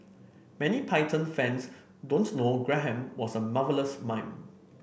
many Python fans know Graham was a marvellous mime